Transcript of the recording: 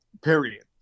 period